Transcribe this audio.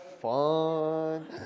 fun